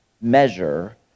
measure